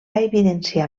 evidenciar